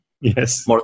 Yes